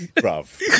Brav